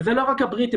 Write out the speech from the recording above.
זה לא רק הבריטים.